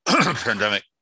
pandemic